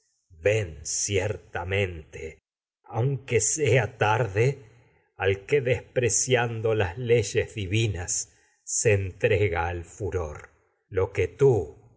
ven ciertamente que sea al que despreciando las tú hijo de es leyes divinas entrega al furor lo rar que